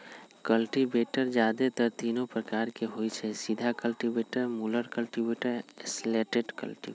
cultivator जादेतर तीने प्रकार के होई छई, सीधा कल्टिवेटर, मुरल कल्टिवेटर, स्लैटेड कल्टिवेटर